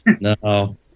No